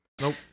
Nope